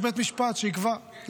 יש בית משפט, שיקבע.